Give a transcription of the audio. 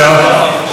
נראה לי,